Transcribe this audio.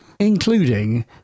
Including